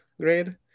grade